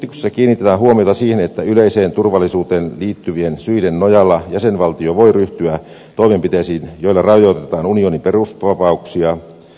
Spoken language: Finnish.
esityksessä kiinnitetään huomiota siihen että yleiseen turvallisuuteen liittyvien syiden nojalla jäsenvaltio voi ryhtyä toimenpiteisiin joilla rajoitetaan unionin perusvapauksia